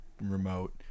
remote